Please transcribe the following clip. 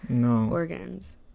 organs